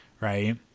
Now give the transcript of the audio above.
Right